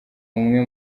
umwe